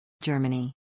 Germany